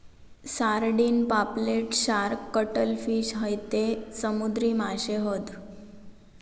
sardine, पापलेट, shark, cuttlefish हयते समुद्री माशे हत